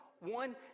one